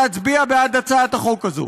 להצביע בעד הצעת החוק הזאת.